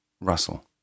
Russell